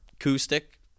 acoustic